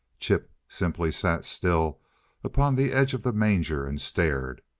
chip simply sat still upon the edge of the manger and stared.